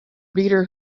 reader